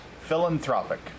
philanthropic